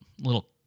little